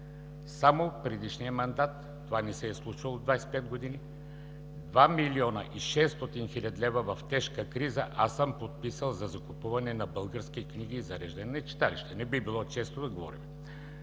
Само в предишния мандат – това не се е случвало от 25 години – 2 млн. 600 хил. лв., в тежка криза аз съм подписал за закупуване на български книги и зареждане на читалища. Не би било честно да говорим.